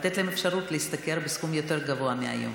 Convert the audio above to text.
לתת להם אפשרות להשתכר בסכום יותר גבוה מהיום.